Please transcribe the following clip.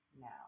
now